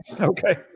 Okay